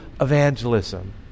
evangelism